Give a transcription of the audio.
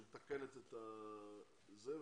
שמתקנת את הזה.